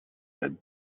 said